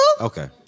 Okay